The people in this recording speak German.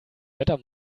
wetter